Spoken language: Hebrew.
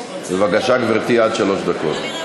בבקשה, גברתי, עד שלוש דקות.